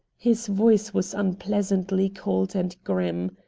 his voice was unpleasantly cold and grim.